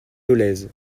dolez